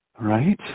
Right